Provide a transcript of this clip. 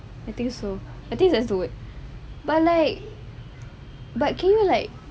I think so I think that's the word but like but can you like